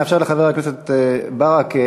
נאפשר לחבר הכנסת ברכה,